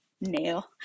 nail